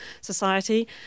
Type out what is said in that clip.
society